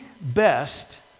best